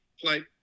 flight